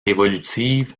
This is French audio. évolutive